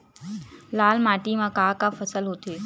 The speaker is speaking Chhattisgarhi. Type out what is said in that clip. लाल माटी म का का फसल होथे?